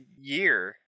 year